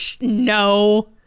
no